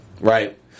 Right